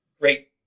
great